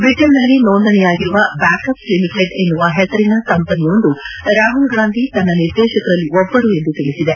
ಬ್ರಿಟನ್ನಲ್ಲಿ ನೋಂದಣಿಯಾಗಿರುವ Backup Limited ಎನ್ನುವ ಹೆಸರಿನ ಕಂಪನಿಯೊಂದು ರಾಹುಲ್ ಗಾಂಧಿ ತನ್ನ ನಿರ್ದೇಶಕರಲ್ಲಿ ಒಬ್ಬರು ಎಂದು ತಿಳಿಸಿದೆ